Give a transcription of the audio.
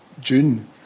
June